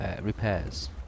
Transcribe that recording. repairs